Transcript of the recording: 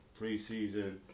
preseason